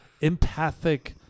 empathic